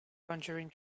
conjuring